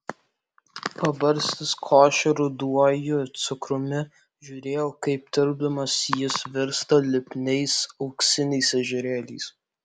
pabarstęs košę ruduoju cukrumi žiūrėjau kaip tirpdamas jis virsta lipniais auksiniais ežerėliais